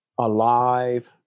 Alive